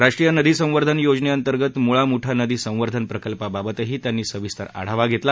राष्ट्रीय नदी संवर्धन योजनेअंतर्गत मुळामूठा नदी संवर्धन प्रकल्पाबाबतही त्यांनी सविस्तर आढावा घेतला